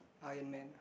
Iron-Man